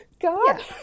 god